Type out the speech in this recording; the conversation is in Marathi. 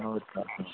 हो चालेल